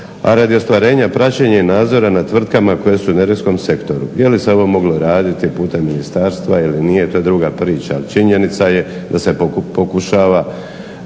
a radi ostvarenja praćenja i nadzora nad tvrtkama koje su u energetskom sektoru. Jeli se ovo moglo raditi putem ministarstva ili nije, to je druga priča. Ali činjenica je da se pokušavaju